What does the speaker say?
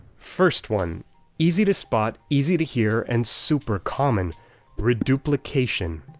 first one easy to spot, easy to hear and super common reduplication.